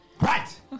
Right